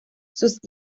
sus